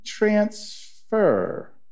Transfer